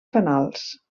fanals